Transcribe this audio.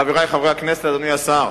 חברי חברי הכנסת, אדוני השר,